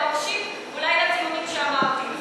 אלא מקשיב אולי לטיעונים שאמרתי.